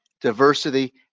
diversity